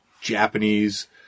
Japanese